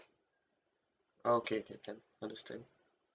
okay can can understand